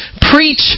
preach